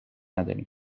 نداریم